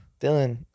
Dylan